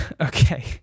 Okay